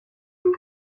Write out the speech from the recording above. coup